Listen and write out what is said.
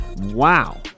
Wow